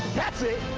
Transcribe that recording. that's it!